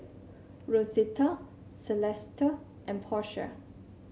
Rosita Celesta and Portia